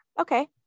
Okay